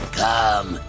come